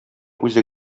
үзе